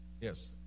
Yes